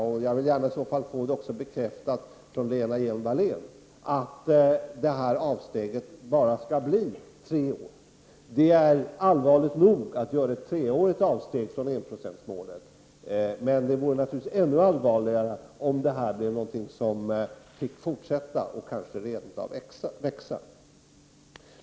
I så fall vill jag gärna ha bekräftat från Lena Hjelm-Wallén att detta avsteg endast skall omfatta tre år. Det är allvarligt nog att göra ett treårigt avsteg från enprocentsmålet, men det vore naturligtvis ännu allvarligare om detta fick fortsätta och kanske rentav växa.